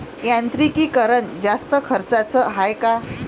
यांत्रिकीकरण जास्त खर्चाचं हाये का?